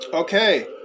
Okay